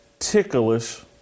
ticklish